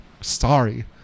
sorry